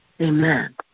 Amen